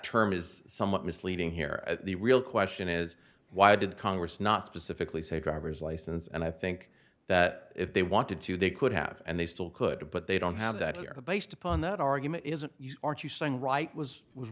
term is somewhat misleading here the real question is why did congress not specifically say driver's license and i think that if they wanted to they could have and they still could but they don't have that here based upon that argument isn't aren't you saying right was w